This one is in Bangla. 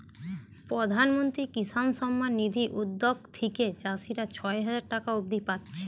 প্রধানমন্ত্রী কিষান সম্মান নিধি উদ্যগ থিকে চাষীরা ছয় হাজার টাকা অব্দি পাচ্ছে